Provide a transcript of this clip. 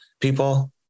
people